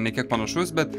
ne kiek panašus bet